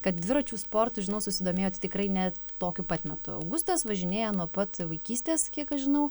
kad dviračių sportu žinau susidomėjot tikrai ne tokiu pat metu augustas važinėja nuo pat vaikystės kiek aš žinau